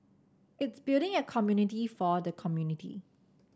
it's building a community for the community